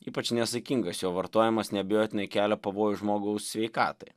ypač nesaikingas jo vartojimas neabejotinai kelia pavojų žmogaus sveikatai